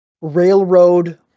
railroad